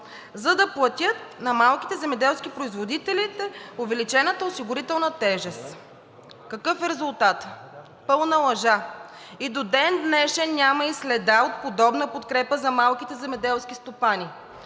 за да платят на малките земеделски производители увеличената осигурителна тежест. Какъв е резултатът? Пълна лъжа. И до ден днешен няма и следа от подобна подкрепа за малките земеделски стопани,